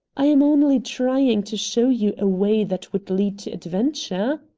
i am only trying to show you a way that would lead to adventure.